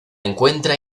encuentra